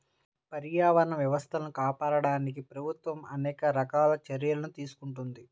పర్యావరణ వ్యవస్థలను కాపాడడానికి ప్రభుత్వం అనేక రకాల చర్యలను తీసుకుంటున్నది